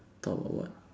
talk about what